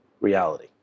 reality